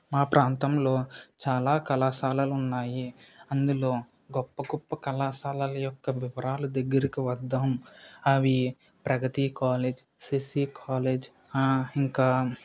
మా ప్రాంతంలో చాలా కళాశాలలు ఉన్నాయి అందులో గొప్ప గొప్ప కళాశాలల యొక్క వివరాలు దగ్గరికి వద్దాము అవి ప్రగతీ కాలేజ్ సిసి కాలేజ్ ఆ ఇంకా